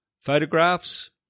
photographs